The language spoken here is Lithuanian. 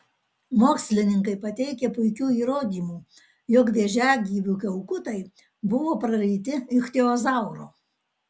mokslininkai pateikė puikių įrodymų jog vėžiagyvių kiaukutai buvo praryti ichtiozauro